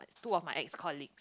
two of my ex colleagues